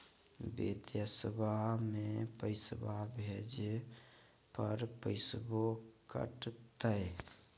बिदेशवा मे पैसवा भेजे पर पैसों कट तय?